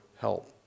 help